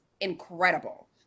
incredible